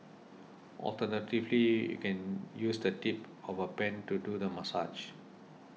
alternatively you can use the tip of a pen to do the massage